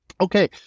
Okay